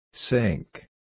Sink